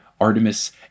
Artemis